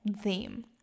theme